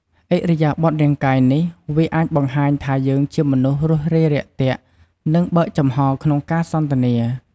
ឥរិយាបថរាងកាយនេះ វាអាចបង្ហាញថាយើងជាមនុស្សរួសរាយរាក់ទាក់ និង បើកចំហក្នុងការសន្ទនា។